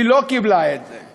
היא לא קיבלה את זה.